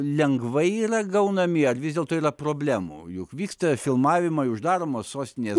lengvai yra gaunami ar vis dėlto yra problemų juk vyksta filmavimai uždaromos sostinės